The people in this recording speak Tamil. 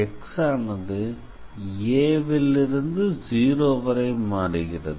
x ஆனது a ல் இருந்து 0 வரை மாறுகிறது